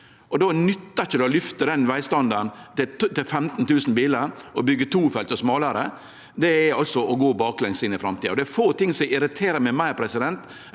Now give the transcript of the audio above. Då nyttar det ikkje å løfte den vegstandarden til 15 000 bilar og byggje to felt og smalare. Det er å gå baklengs inn i framtida. Det er få ting som irriterer meg meir enn